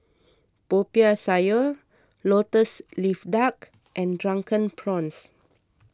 Popiah Sayur Lotus Leaf Duck and Drunken Prawns